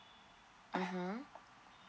mmhmm